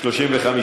סעיפים 1 5 נתקבלו.